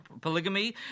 polygamy